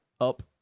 up